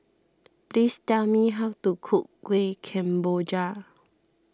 please tell me how to cook Kuih Kemboja